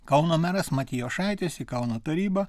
kauno meras matijošaitis į kauno tarybą